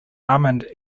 almond